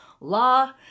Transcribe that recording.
la